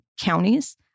counties